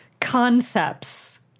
concepts